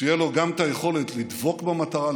שתהיה לו גם היכולת לדבוק במטרה,